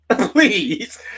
Please